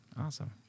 awesome